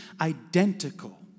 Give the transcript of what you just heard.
identical